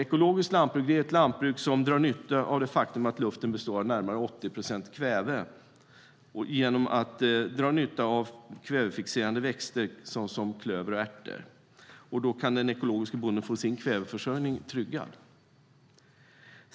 Ekologiskt lantbruk drar nytta av det faktum att luften består av närmare 80 procent kväve. Genom att dra nytta av kvävefixerande växter, såsom klöver och ärter, kan den ekologiske bonden alltså få kväveförsörjningen tryggad.